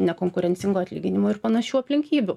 nekonkurencingų atlyginimų ir panašių aplinkybių